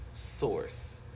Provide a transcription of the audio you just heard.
Source